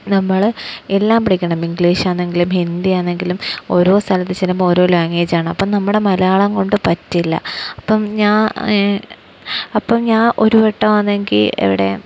നമ്മള് എല്ലാം പഠിക്കണം ഇംഗ്ലീഷാണെങ്കിലും ഹിന്ദിയാണെങ്കിലും ഓരോ സ്ഥലത്ത് ചെല്ലുമ്പോള് ഓരോ ലാംഗ്വേജാണ് അപ്പം നമ്മുടെ മലയാളം കൊണ്ട് പറ്റില്ല അപ്പം അപ്പം ഞാനൊരു വട്ടമാണെങ്കില് എവിടെയാണ്